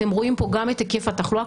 אתם רואים פה גם את היקף התחלואה.